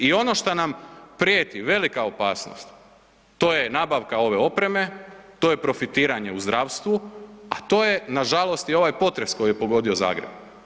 I ono što nam prijeti, velika opasnost, to je nabavka ove opreme, to je profitiranje u zdravstvu, a to je nažalost i ovaj potres koji je pogodio Zagreb.